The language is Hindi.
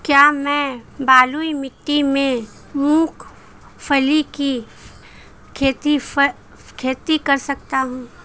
क्या मैं बलुई मिट्टी में मूंगफली की खेती कर सकता हूँ?